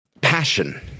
passion